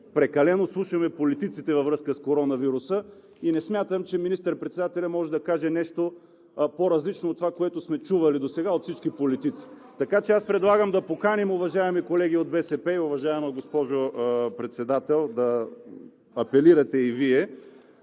прекалено слушаме политиците във връзка с коронавируса. И не смятам, че министър-председателят може да каже нещо по-различно от това, което сме чували досега от всички политици. (Реплики от „БСП за България“.) Така че предлагам да поканим, уважаеми колеги от БСП – уважаема госпожо Председател, да апелирате и Вие,